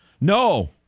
No